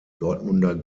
dortmunder